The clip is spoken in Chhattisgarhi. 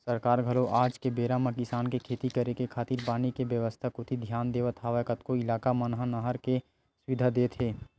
सरकार घलो आज के बेरा म किसान के खेती करे खातिर पानी के बेवस्था कोती धियान देवत होय कतको इलाका मन म नहर के सुबिधा देत हे